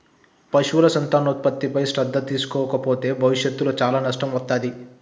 పశువుల సంతానోత్పత్తిపై తగిన శ్రద్ధ తీసుకోకపోతే భవిష్యత్తులో చాలా నష్టం వత్తాది